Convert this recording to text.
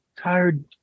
tired